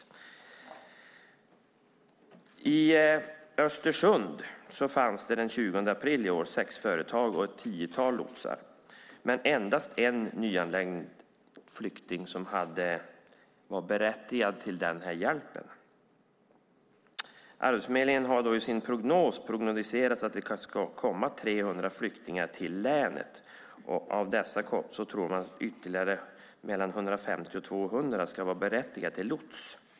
En utblick till mina hemtrakter visar att det i Östersund den 20 april i år fanns sex företag och ett tiotal lotsar men endast en nyanländ flykting som var berättigad till den hjälpen. Arbetsförmedlingen har prognostiserat att det ska komma 300 flyktingar till länet. Av dessa tror man att mellan 150 och 200 ska vara berättigade till lots.